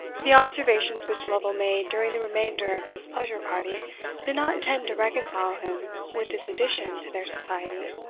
the observations which lovel made during the remainder of this pleasure party did not tend to reconcile him with this addition to their society.